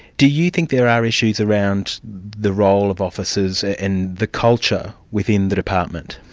do you think there are issues around the role of officers, and the culture within the department?